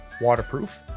waterproof